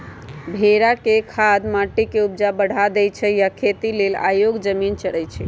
भेड़ा के खाद माटी के ऊपजा बढ़ा देइ छइ आ इ खेती लेल अयोग्य जमिन चरइछइ